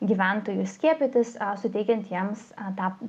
gyventojus skiepytis suteikiant jiems tą